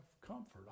comfort